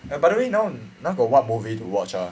and by the way now now got what movie to watch ah